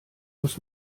muss